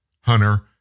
Hunter